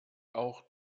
auch